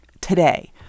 today